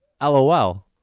LOL